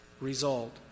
result